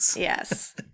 Yes